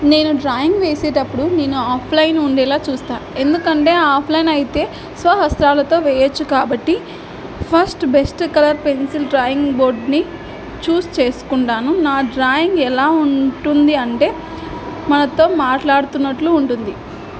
నేను డ్రాయింగ్ వేసేటప్పుడు నేను ఆఫ్లైన్ ఉండేలా చూస్తాను ఎందుకంటే ఆఫ్లైన్ అయితే స్వహస్తాలతో వెయ్యొచ్చు కాబట్టి first best colour pencil drawing బోర్డ్ని చూజ్ చేసుకుంటాను నా డ్రాయింగ్ ఎలా ఉంటుంది అంటే మనతో మాట్లాడుతున్నట్లు ఉంటుంది